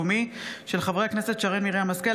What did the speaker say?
של חברי הכנסת שרן מרים השכל,